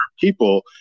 people